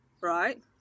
right